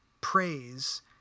praise